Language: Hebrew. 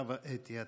חוה אתי עטייה.